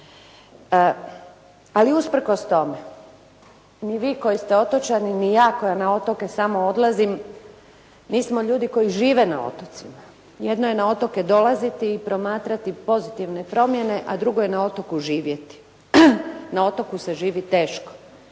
Ali usprkos tome, ni vi koji ste otočani, ni ja koja na otoke samo odlazim nismo ljudi koji žive na otocima. Jedno je na otoke dolaziti i promatrati pozitivne promjene a drugo je na otoku živjeti. Na otoku se živi teško.